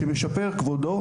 שמשפרת כבודו,